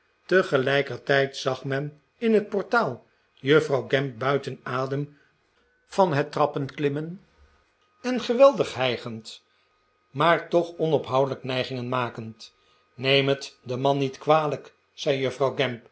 tegelijkertijd zag men in het portaal juffrouw gamp buiten adem van het trappenklimmen en geweldig hijgend maar toch onophoudelijk nijgingen makend neem het den man niet kwalijk zei juffrouw